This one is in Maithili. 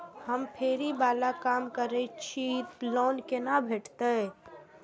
हम फैरी बाला काम करै छी लोन कैना भेटते?